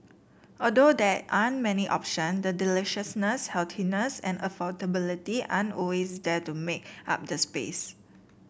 although there aren't many option the deliciousness healthiness and affordability are always there to make up the space